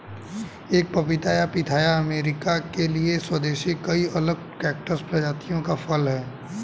एक पपीता या पिथाया अमेरिका के लिए स्वदेशी कई अलग कैक्टस प्रजातियों का फल है